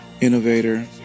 innovator